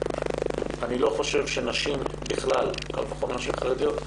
אני לא חושב שנשים בכלל, קל וחומר נשים חרדיות,